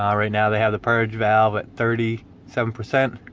um right now they have the purge valve at thirty seven percent